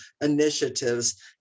initiatives